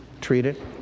treated